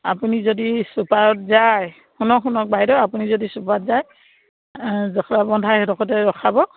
আপুনি যদি ছুপাৰত যায় শুনক শুনক বাইদেউ আপুনি যদি ছুপাৰত যায় জখলাবন্ধাৰ সেইডোখৰতে ৰখাব